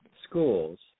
schools